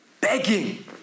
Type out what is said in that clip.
Begging